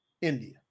India